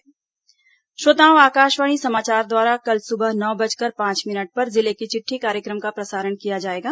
जिले की चिटठी श्रोताओं आकाशवाणी समाचार द्वारा कल सुबह नौ बजकर पांच मिनट पर जिले की चिट्ठी कार्यक्रम का प्रसारण किया जाएगा